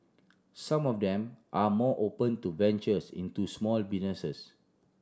some of them are more open to ventures into small